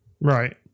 Right